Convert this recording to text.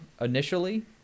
initially